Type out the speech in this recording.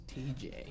TJ